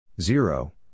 Zero